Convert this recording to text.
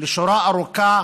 לשורה ארוכה